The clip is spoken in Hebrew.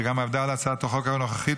שגם עבדה על הצעת החוק הנוכחית,